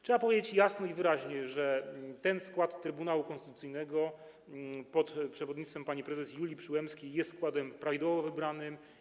Trzeba powiedzieć jasno i wyraźnie, że ten skład Trybunału Konstytucyjnego pod przewodnictwem pani prezes Julii Przyłębskiej został prawidłowo wybrany.